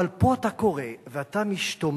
אבל פה אתה קורא, ואתה משתומם